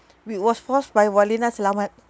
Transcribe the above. we was forced by warlina selamat